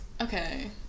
Okay